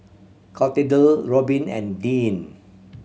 Clotilde Robbin and Deann